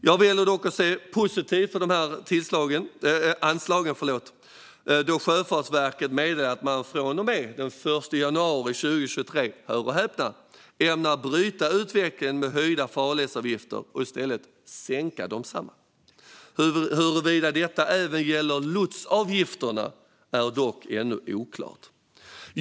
Jag väljer dock att se positivt på dessa anslag, då Sjöfartsverket har meddelat att man från och med den 1 januari 2023 - hör och häpna - ämnar bryta utvecklingen med höjda farledsavgifter och i stället sänka desamma. Huruvida detta även gäller lotsavgifterna är ännu oklart.